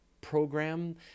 program